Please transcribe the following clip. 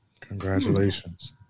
Congratulations